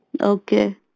Okay